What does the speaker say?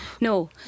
no